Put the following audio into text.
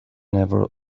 never